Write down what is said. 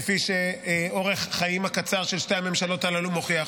כפי שאורך החיים הקצר של שתי הממשלות הללו מוכיח.